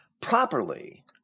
properly